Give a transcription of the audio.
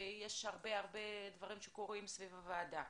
ויש הרבה דברים שקורים סביב הוועדה.